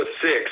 six